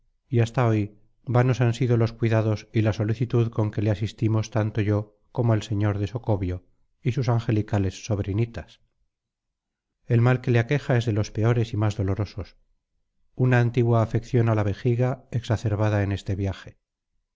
hasta hoy vanos han sido los cuidados y la solicitud con que le asistimos tanto yo como el sr de socobio y sus angelicales sobrinitas el mal que le aqueja es de los peores y más dolorosos una antigua afección a la vejiga exacerbada en este viaje